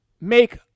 make